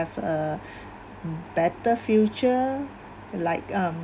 have a better future like um